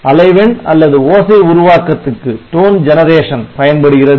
அலைவெண் அல்லது ஓசை உருவாக்கத்துக்கு பயன்படுகிறது